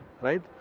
Right